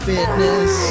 Fitness